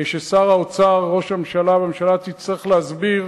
ושר האוצר, ראש הממשלה והממשלה יצטרכו להסביר